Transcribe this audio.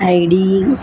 ID